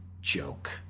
joke